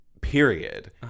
Period